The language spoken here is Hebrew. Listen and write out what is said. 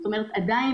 זאת אומרת, עדיין